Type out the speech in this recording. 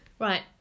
Right